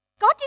God